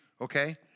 okay